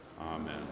Amen